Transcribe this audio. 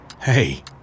Hey